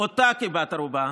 אותה כבת ערובה